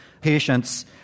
patients